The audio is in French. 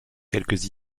quelques